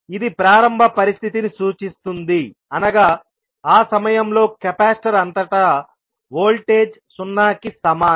ఇది ప్రారంభ పరిస్థితిని సూచిస్తుంది అనగా ఆ సమయంలో కెపాసిటర్ అంతటా వోల్టేజ్ 0 కి సమానం